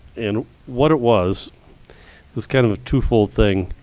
and what it was was kind of a twofold thing.